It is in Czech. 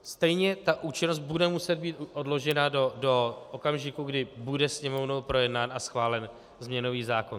Stejně účinnost bude muset být odložena do okamžiku, kdy bude Sněmovnou projednán a schválen změnový zákon.